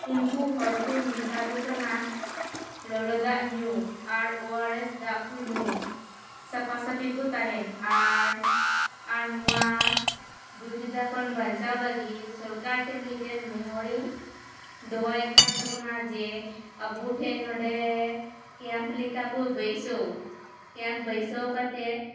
ᱩᱱᱠᱩ ᱦᱚᱲ ᱠᱩᱧ ᱢᱮᱛᱟ ᱠᱚ ᱠᱟᱱᱟ ᱞᱚᱞᱚ ᱫᱟᱜ ᱧᱩ ᱟᱨ ᱳᱭᱟᱨᱮᱥ ᱫᱟᱜ ᱠᱚ ᱧᱩ ᱥᱟᱯᱟ ᱥᱟᱹᱯᱷᱤ ᱠᱚ ᱛᱟᱦᱮᱱ ᱟᱨ ᱟᱨ ᱱᱚᱣᱟ ᱫᱩᱨᱵᱤᱫᱟ ᱠᱷᱚᱱ ᱵᱟᱧᱪᱟᱣ ᱞᱟᱹᱜᱤᱫ ᱥᱚᱨᱠᱟᱨ ᱴᱷᱮᱱ ᱢᱤᱫᱴᱮᱱ ᱱᱮᱦᱚᱨᱤᱧ ᱫᱚᱦᱚᱭᱮᱫ ᱠᱟᱱ ᱛᱟᱵᱚᱱᱟ ᱡᱮ ᱟᱵᱩᱴᱷᱮᱱ ᱱᱚᱰᱮ ᱠᱮᱢᱯ ᱞᱮᱠᱟ ᱠᱚ ᱵᱟᱹᱭᱥᱟᱹᱣ ᱠᱮᱢᱯ ᱵᱟᱹᱭᱥᱟᱹᱣ ᱠᱟᱛᱮ